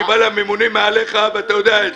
אני בא בטענות לממונים עליך, ואתה יודע את זה.